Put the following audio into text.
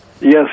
Yes